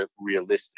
realistic